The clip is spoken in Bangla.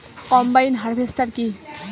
কম্বাইন হারভেস্টার কি?